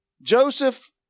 Joseph